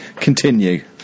continue